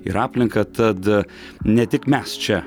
ir aplinką tad ne tik mes čia